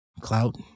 clout